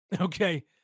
okay